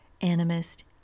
animist